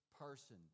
person